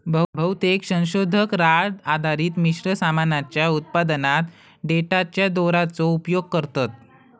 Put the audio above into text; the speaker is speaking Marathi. बहुतेक संशोधक राळ आधारित मिश्र सामानाच्या उत्पादनात देठाच्या दोराचो उपयोग करतत